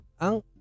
Ang